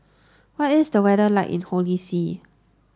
what is the weather like in Holy See